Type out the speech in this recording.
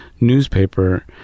newspaper